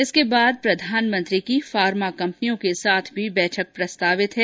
इस के बाद प्रधानमंत्री की फार्मा कम्पनियों के साथ भी बैठक प्रस्तावित है